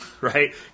right